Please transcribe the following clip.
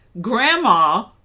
grandma